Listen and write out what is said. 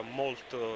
molto